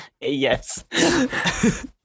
yes